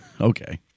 Okay